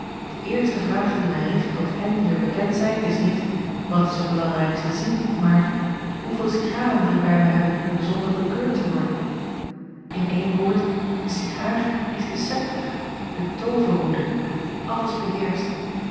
de eerste vraag die men richt tot hen die er bekend zijn is niet wat is er belangrijks te zien maar hoeveel cigaren mag ik bij mij hebben zonder bekeurd te worden n één woord de cigaar is de acob van ennep laasje evenster delen septer de tooverroede die alles beheerscht